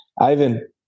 Ivan